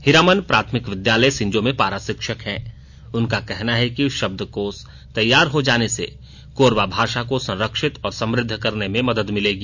हीरामन प्राथमिक विद्यालय सिंजो में पारा शिक्षक हैं उनका कहना है कि शब्दकोष तैयार हो जाने से कोरबा भाषा को संरक्षित और समृद्व करने में मद्द मिलेगी